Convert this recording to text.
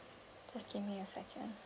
just give me a second